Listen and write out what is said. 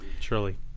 Surely